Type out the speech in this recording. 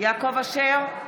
יעקב אשר,